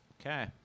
Okay